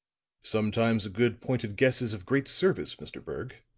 sometimes a good, pointed guess is of great service, mr. berg.